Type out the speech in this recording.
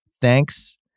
thanks